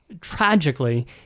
tragically